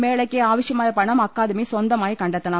മേളയ്ക്ക് ആവശ്യമായ പണം അക്കാദമി സ്വന്തമായി കണ്ടെത്തണം